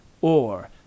Or